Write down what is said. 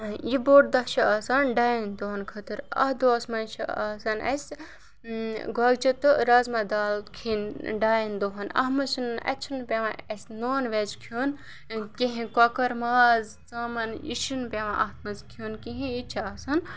یہِ بوٚڑ دۄہ چھِ آسان ڈایَن دۄہَن خٲطرٕ اَتھ دۄہَس منٛز چھِ آسان اَسہِ گۄگجہِ تہٕ رَزما دال کھیٚنۍ ڈایَن دۄہَن اَتھ منٛز چھِنہٕ اَتہِ چھِنہٕ پیٚوان اَسہِ نان ویج کھیٚون کِہیٖنۍ کۄکَر ماز ژامَن یہِ چھِنہٕ پیٚوان اَتھ منٛز کھیٚون کِہیٖنۍ یِتہِ چھِ آسان